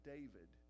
David